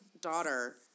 daughter